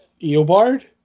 eobard